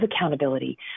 accountability